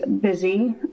busy